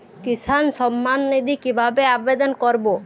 কিষান সম্মাননিধি কিভাবে আবেদন করব?